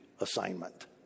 assignment